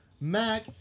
Mac